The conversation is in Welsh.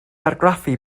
argraffu